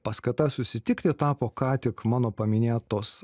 paskata susitikti tapo ką tik mano paminėtos